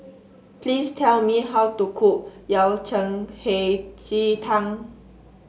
please tell me how to cook Yao Cai Hei Ji Tang